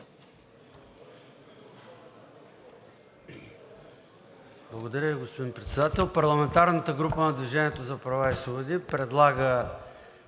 Благодаря Ви, господин Председател. Парламентарната група на „Движение за права и свободи“ предлага